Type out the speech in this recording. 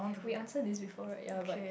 we answer this before right ya but